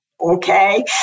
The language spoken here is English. Okay